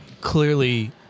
Clearly